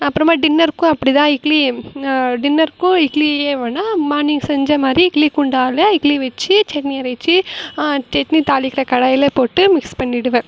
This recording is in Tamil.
அப்புறமா டின்னருக்கும் அப்படி தான் இட்லி டின்னருக்கும் இட்லியே வேணுன்னால் மார்னிங் செஞ்ச மாதிரி இட்லி குண்டான்லையே இட்லி வெச்சு சட்னி அரைச்சு சட்னி தாளிக்கிற கடாயில் போட்டு மிக்ஸ் பண்ணிவிடுவேன்